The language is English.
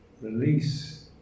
release